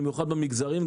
במיוחד במגזרים,